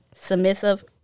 submissive